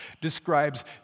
describes